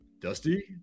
Dusty